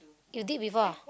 you did before ah